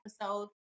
episode